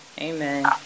amen